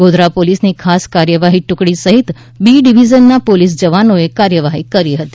ગોધરા પોલીસની ખાસ કાર્યવાહી ટુકડી સહિત બી ડિવિઝનના પોલીસ જવાનોએ કાર્યવાહી કરી હતી